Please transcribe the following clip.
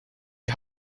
die